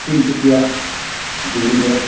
Tinsukia Dibrugarh